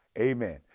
Amen